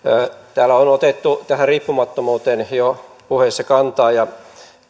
täällä on otettu tähän riippumattomuuteen jo puheissa kantaa ja